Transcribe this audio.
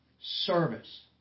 service